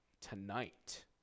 tonight